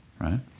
right